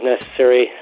necessary